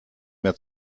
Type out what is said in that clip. mehr